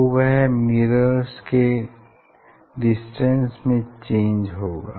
तो वह मिरर्स के डिस्टेंस में चेंज होगा